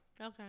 Okay